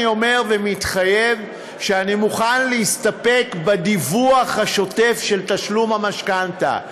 אני אומר ומתחייב שאני מוכן להסתפק בדיווח השוטף על תשלום המשכנתה,